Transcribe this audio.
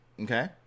okay